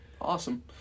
awesome